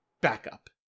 backup